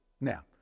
Now